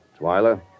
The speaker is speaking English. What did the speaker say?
Twyla